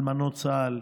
אלמנות צה"ל,